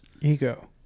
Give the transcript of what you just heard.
ego